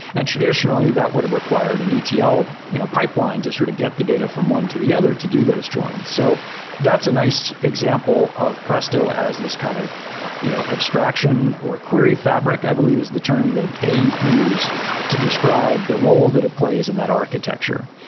and traditionally, that would've required an etl you know pipeline to sort of get the data from one to the other to do those joins so that's a nice example of presto as this kind of you know abstraction or query fabric, i believe is the term that they use to describe the role that it plays in that architecture.